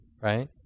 right